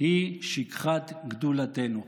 היא שכחת גדולתנו".